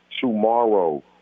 Tomorrow